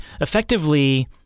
effectively